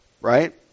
right